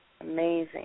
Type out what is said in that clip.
Amazing